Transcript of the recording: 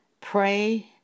Pray